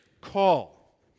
call